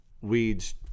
weeds